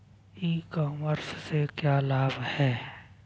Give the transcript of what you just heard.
ई commerce से क्या क्या लाभ हैं?